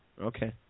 Okay